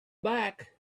back